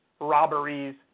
robberies